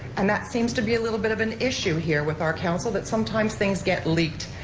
and that seems to be a little bit of an issue here with our council that sometimes things get leaked.